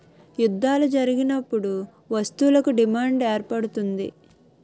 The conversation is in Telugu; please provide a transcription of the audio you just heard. యుద్ధాలు జరిగినప్పుడు వస్తువులకు డిమాండ్ ఏర్పడుతుంది